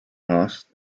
asked